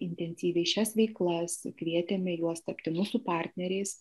intensyviai šias veiklas kvietėme juos tapti mūsų partneriais